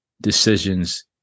decisions